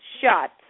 shut